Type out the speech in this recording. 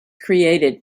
created